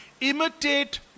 imitate